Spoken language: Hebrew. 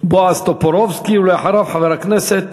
בועז טופורובסקי, ואחריו, חבר הכנסת